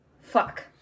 fuck